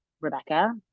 Rebecca